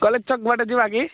college ଛକ୍ ବାଟେ ଯିବା କି